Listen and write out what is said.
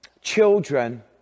children